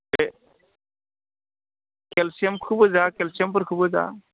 बे केलसियामखौबो जा केलसियामफोरखौबो जा